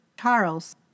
Charles